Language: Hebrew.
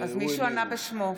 אז מישהו ענה בשמו.